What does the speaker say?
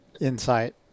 insight